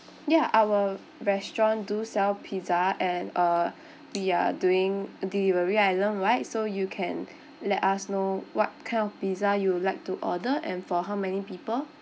ya our restaurant do sell pizza and uh we are doing delivery island wide so you can let us know what kind of pizza you'd like to order and for how many people